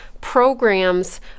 programs